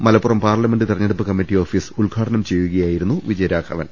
Malappuram parliament തെരഞ്ഞെടുപ്പ് committee office ഉദ്ഘാടനം ചെയ്യുകയായിരുന്നു വിജയരാഘവൻ